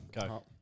go